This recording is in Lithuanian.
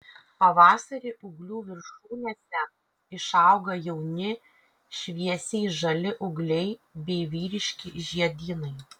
pavasarį ūglių viršūnėse išauga jauni šviesiai žali ūgliai bei vyriški žiedynai